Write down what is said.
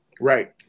right